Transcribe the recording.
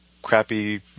crappy